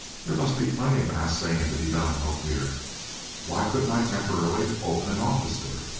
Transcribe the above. there must be plenty of assaying to be done in ophir why couldn't i temporarily open an office there?